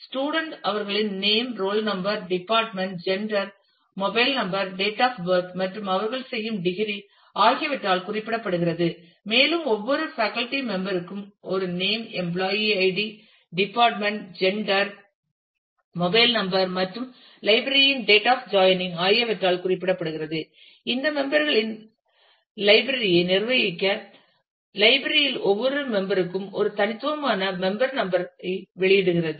student அவர்களின் name roll number department gender mobile number date of birth மற்றும் அவர்கள் செய்யும் டிகிரி ஆகியவற்றால் குறிப்பிடப்படுகிறது மேலும் ஒவ்வொரு ஃபேக்கல்டி மெம்பர் ருக்கும் ஒரு name employee ID department gender mobile number மற்றும் லைப்ரரி இன் டேட் ஆப் ஜாயினிங் ஆகியவற்றால் குறிப்பிடப்படுகிறது இந்த மெம்பர் களின் லைப்ரரி ஐ நிர்வகிக்க லைப்ரரி இல் ஒவ்வொரு மெம்பர் ருக்கும் ஒரு தனித்துவமான மெம்பர் நம்பர் ஐ வெளியிடுகிறது